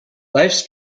lifes